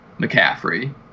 McCaffrey